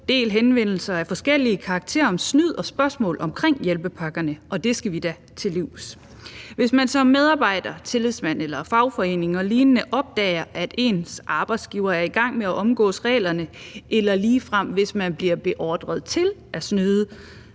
del henvendelser af forskellig karakter om snyd og spørgsmål om hjælpepakkerne, og det skal vi da til livs. Hvis man som medarbejder, tillidsmand, fagforening og lignende opdager, at ens arbejdsgiver er i gang med at omgå reglerne, eller hvis man ligefrem bliver beordret til at snyde,